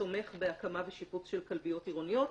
תומך בהקמה ושיפוץ של כלביות עירוניות.